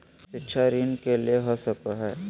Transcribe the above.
शिक्षा ऋण के ले सको है?